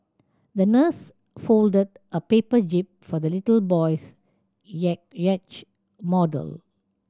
the nurse folded a paper jib for the little boy's yacht model